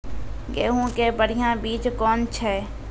गेहूँ के बढ़िया बीज कौन छ?